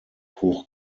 hoch